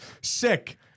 Sick